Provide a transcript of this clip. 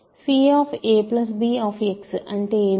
ab అంటే ఏమిటి